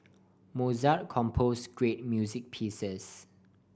Mozart compose great music pieces